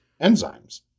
enzymes